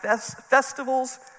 festivals